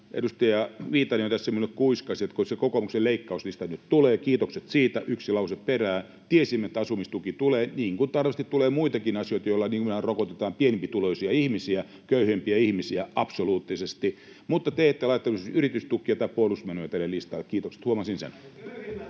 edustaja Viitanen tässä minulle kuiskasi, että kun se kokoomuksen leikkauslista nyt tulee — kiitokset siitä, yksi lause perään. Tiesimme, että asumistuki tulee, niin kuin varmasti tulee muitakin asioita, joilla rokotetaan pienempituloisia ihmisiä, köyhempiä ihmisiä absoluuttisesti, mutta te ette laittaneet esimerkiksi yritystukia tai puolustusmenoja teidän listallenne. Kiitokset, huomasin sen.